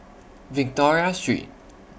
Victoria Street